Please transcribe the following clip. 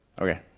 Okay